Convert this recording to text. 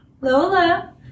Lola